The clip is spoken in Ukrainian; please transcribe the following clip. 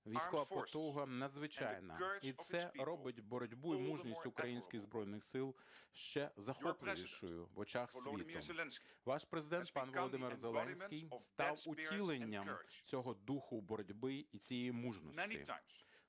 військова потуга надзвичайна. І це робить боротьбу і мужність українських Збройних Сил ще захопливішою в очах світу. Ваш Президент пан Володимир Зеленський став утіленням цього духу боротьби і цієї мужності.